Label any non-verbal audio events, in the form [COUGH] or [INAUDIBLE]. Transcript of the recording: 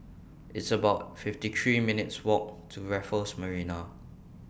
It's about fifty three minutes' Walk to Raffles Marina [NOISE]